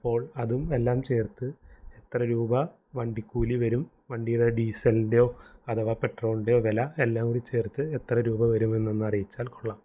അപ്പോൾ അതും എല്ലാം ചേർത്ത് എത്ര രൂപ വണ്ടിക്കൂലി വരും വണ്ടിയുടെ ഡീസലിൻ്റെയോ അഥവാ പെട്രോളിൻ്റെയോ വില എല്ലാംകൂടി ചേർത്ത് എത്ര രൂപ വരുമെന്ന് ഒന്ന് അറിയിച്ചാൽ കൊള്ളാം